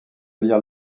lire